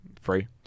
free